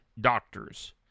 doctors